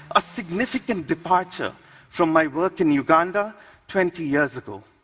a significant departure from my work in uganda twenty years ago.